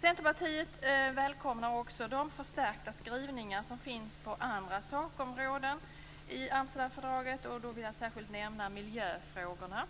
Centerpartiet välkomnar också de förstärka skrivningar som finns på andra sakområden i Amsterdamfördraget. Jag vill där särskilt nämna miljöfrågorna